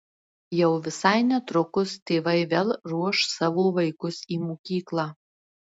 jau visai netrukus tėvai vėl ruoš savo vaikus į mokyklą